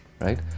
right